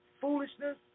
foolishness